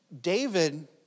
David